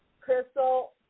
Crystal